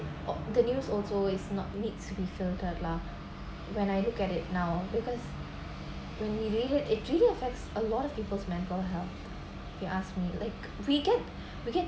the news also it's not needs to be filtered lah when I look at it now because when we it really affects a lot of people's mental health if you asked me like we get we get